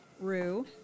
Rue